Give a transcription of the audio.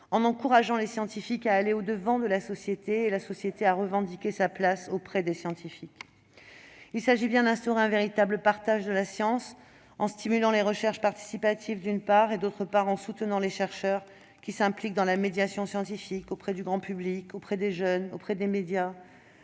en encourageant les scientifiques à aller au-devant de la société, et la société à revendiquer sa place auprès des scientifiques. Il s'agit bien d'instaurer un véritable partage de la science, d'une part, en stimulant les recherches participatives, et, d'autre part, en soutenant les chercheurs qui s'impliquent dans la médiation scientifique, auprès du grand public, auprès des jeunes, auprès des médias,